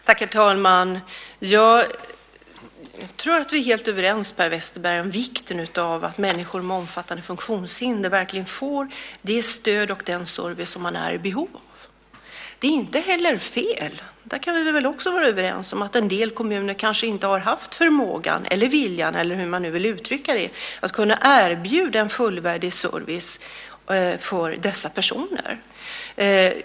Herr talman! Jag tror att Per Westerberg och jag är helt överens om vikten av att människor med omfattande funktionshinder verkligen får det stöd och den service som de är i behov av. Det är inte heller fel - även där kan vi väl vara överens - att en del kommuner kanske inte haft förmåga eller vilja, eller hur man nu vill uttrycka det, att erbjuda en fullvärdig service till dessa personer.